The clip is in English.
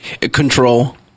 Control